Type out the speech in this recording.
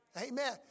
Amen